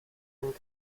and